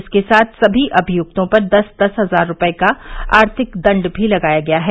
इसके साथ समी अभियुक्तों पर दस दस हजार रूपये का आर्थिक दंड भी लगाया गया है